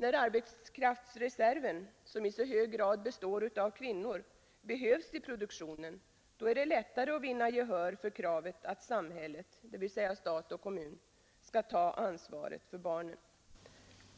När arbetskraftsreserven, som i så hög grad består av kvinnor, behövs i produktionen är det lättare att vinna gehör för kravet att samhället — dvs. stat och kommun =— skall ta ansvaret för barnen.